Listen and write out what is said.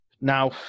Now